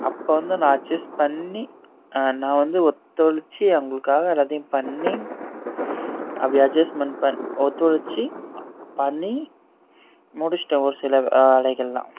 அப்போ வந்து நான் அஜெஸ்ட் பண்ணி நான் வந்து ஒத்துழைச்சு அவங்குளுக்காக எல்லாத்தையும் பண்ணி அப்படி அஜெஸ்மண்ட் பண் ஒத்துழைச்சு பண்ணி முடிச்சிட்டேன் ஒரு சில வேலைகள்லாம்